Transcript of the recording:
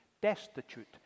destitute